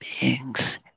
beings